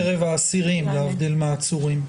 בקרב האסירים, להבדיל מעצורים.